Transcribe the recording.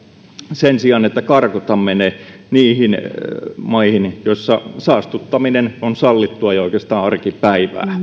sen sijaan että karkotamme ne maihin joissa saastuttaminen on sallittua ja oikeastaan arkipäivää